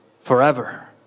forever